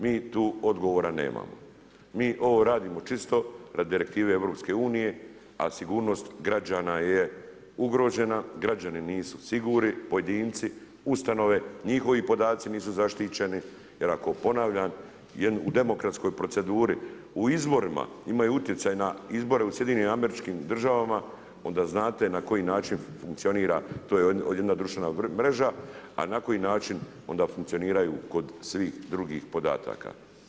Mi tu odgovora nemamo, mi ovo radimo čisto radi direktive EU a sigurnost građana je ugrožena, građani nisu sigurni, pojedinci, ustanove, njihovi podaci nisu zaštićeni, jer ako ponavljam u demokratskoj proceduri, u izborima imaju utjecaj na izbore u SAD-u onda znate na koji način funkcionira, to je jedna društvena mreža a na koji način onda funkcioniraju kod svih drugih podataka.